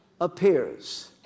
appears